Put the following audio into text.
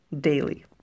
daily